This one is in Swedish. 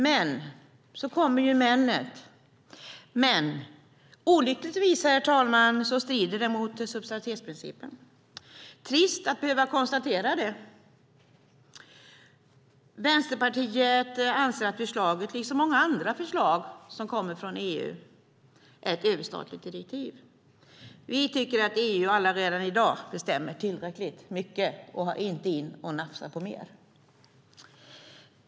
Men - då kommer men:et - olyckligtvis, herr talman, strider det mot subsidiaritetsprincipen. Det är trist att behöva konstatera det. Vänsterpartiet anser att förslaget, liksom många andra förslag som kommer från EU, är ett överstatligt direktiv. Vi tycker att EU redan i dag bestämmer tillräckligt mycket och att man inte ska in och nafsa på mer.